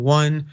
one